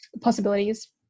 possibilities